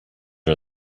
are